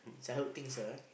childhood things (uh huh)